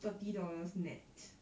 thirty dollars nett